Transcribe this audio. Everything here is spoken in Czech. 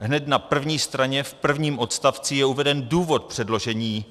Hned na první straně v prvním odstavci je uveden důvod předložení.